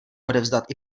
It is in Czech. odevzdat